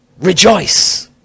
Rejoice